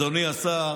אדוני השר,